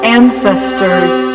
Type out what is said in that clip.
ancestors